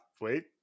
Wait